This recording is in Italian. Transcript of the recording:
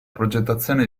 progettazione